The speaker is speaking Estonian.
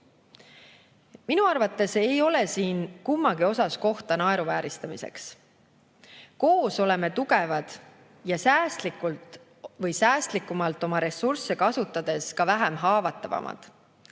Minu arvates ei ole siin kummagi suhtes kohta naeruvääristamiseks. Koos oleme tugevad ja säästlikumalt oma ressursse kasutades ka vähem haavatavamad.